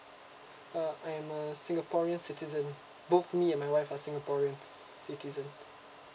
uh I'm a singaporean citizen both me and my wife are singaporean citizens